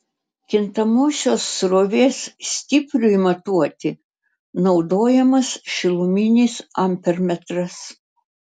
kintamosios srovės stipriui matuoti naudojamas šiluminis ampermetras